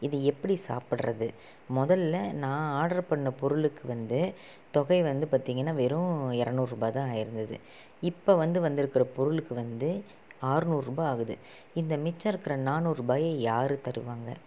இது எப்படி சாப்பிட்றது முதல்ல நான் ஆர்ட்ரு பண்ண பொருளுக்கு வந்து தொகை வந்து பார்த்திங்கன்னா வெறும் இரநூறுபா தான் ஆகிருந்துது இப்போ வந்து வந்துருக்கிற பொருளுக்கு வந்து ஆரநூறுபா ஆகுது இந்த மிச்ச இருக்க்கிற நாநூறுபாயை யாரு தருவாங்க